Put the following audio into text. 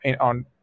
on